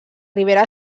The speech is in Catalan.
ribera